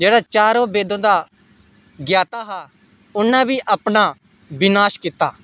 जेह्ड़ा चारों वेदें दा ग्याता हा उन्नै बी अपना विनाश कीता